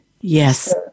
Yes